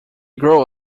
grew